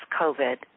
COVID